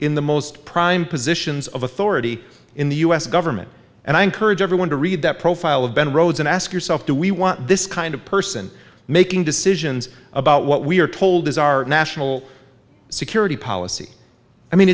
in the most prime positions of authority in the u s government and i encourage everyone to read that profile of ben rhodes and ask yourself do we want this kind of person making decisions about what we are told is our national security policy i